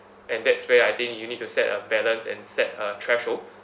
and that's where I think you need to set a balance and set a threshold